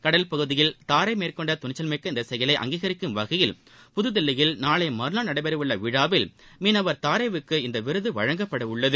கடல் பகுதியில் தாரே மேற்கொண்ட துணிச்சவ்மிக்க இந்த செயலை அங்கீகரிக்கும் வகையில் புதுதில்லியில் நாளை மறுநாள் நடைபெறவுள்ள விழாவில் மீனவர் தாரேவுக்கு இவ்விருது வழங்கப்படவுள்ளது